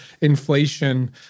inflation